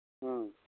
ꯎꯝ